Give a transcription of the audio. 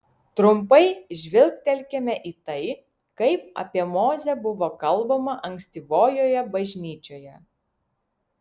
trumpai žvilgtelkime į tai kaip apie mozę buvo kalbama ankstyvojoje bažnyčioje